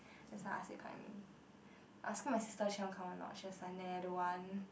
that's why I ask him come I was asking my sister she wanna come or not she was like nah I don't want